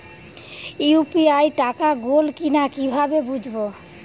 UPI টাকা গোল কিনা কিভাবে বুঝব?